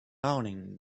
awning